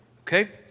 Okay